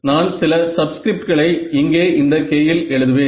நான் சில சப்ஸ்க்ரிப்ட்களை இங்கே இந்த K இல் எழுதுவேன்